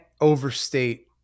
overstate